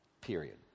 Period